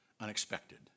unexpected